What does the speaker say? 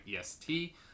EST